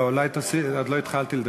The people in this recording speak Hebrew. לא, עוד לא התחלתי לדבר.